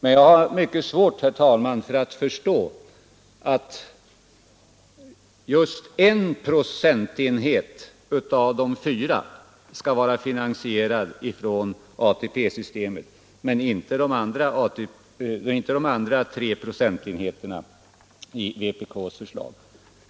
Men jag har, herr talman, mycket svårt att förstå att en procentenhet av de fyra, enligt vpk:s förslag, skall vara finansierad från ATP-systemet, men inte de övriga tre procentenheterna.